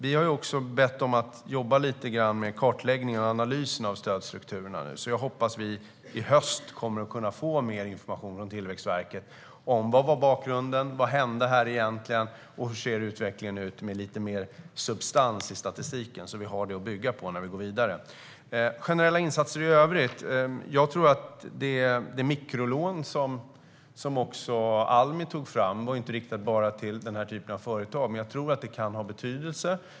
Vi har också bett Tillväxtverket jobba lite grann med kartläggning och analys av stödstrukturerna nu, så jag hoppas att vi i höst kommer att kunna få mer information från Tillväxtverket om vad bakgrunden var, vad som egentligen hände och hur utvecklingen ser ut med lite mer substans i statistiken så att vi har det att bygga på när vi går vidare. När det gäller generella insatser i övrigt tänker jag till exempel på det mikrolån som Almi tog fram. Det var inte riktat bara till den här typen av företag, men jag tror att det kan ha betydelse.